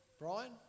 Brian